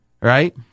right